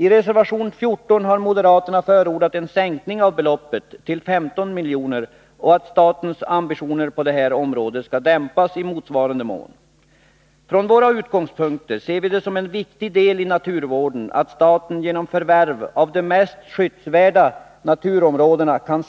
I reservation 14 har moderaterna förordat att beloppet skall sänkas till 15 miljoner och att statens ambitioner på detta område skall dämpas i motsvarande mån. Från våra utgångspunkter ser vi det som en viktig del i naturvården att staten genom förvärv av de mest skyddsvärda naturområdena kan